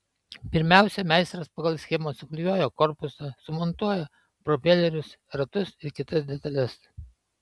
pirmiausia meistras pagal schemą suklijuoja korpusą sumontuoja propelerius ratus ir kitas detales